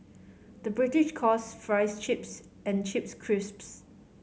the British calls fries chips and chips crisps